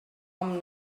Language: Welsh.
pam